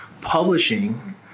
publishing